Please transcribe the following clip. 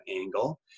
angle